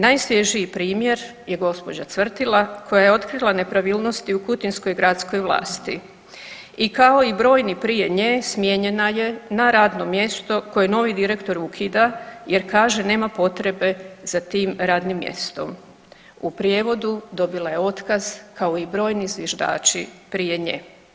Najsvježiji primjer je gđa. Cvrtila koja je otkrila nepravilnosti u kutinskoj gradskoj vlasti i kao i brojni prije nje smijenjena je na radno mjesto koje novi direktor ukida jer kaže nema potrebe za tim radnim mjestom, u prijevodu dobila je otkaz kao i brojni zviždači prije nje.